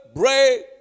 break